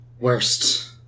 worst